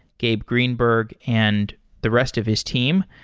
gabe greenberg, and the rest of his team.